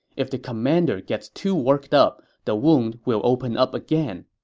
if the commander gets too worked up, the wound will open up again.